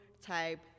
type